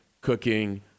cooking